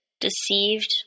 deceived